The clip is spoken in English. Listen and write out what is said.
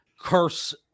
curse